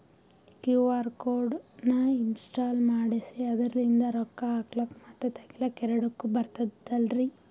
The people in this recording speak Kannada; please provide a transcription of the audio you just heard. ಕ್ಯೂ.ಆರ್ ಕೋಡ್ ನ ಇನ್ಸ್ಟಾಲ ಮಾಡೆಸಿ ಅದರ್ಲಿಂದ ರೊಕ್ಕ ಹಾಕ್ಲಕ್ಕ ಮತ್ತ ತಗಿಲಕ ಎರಡುಕ್ಕು ಬರ್ತದಲ್ರಿ?